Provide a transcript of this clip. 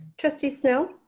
trustee snell.